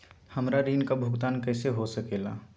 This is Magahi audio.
हमरा ऋण का भुगतान कैसे हो सके ला?